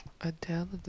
Adele